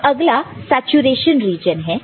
अब अगला saturation region है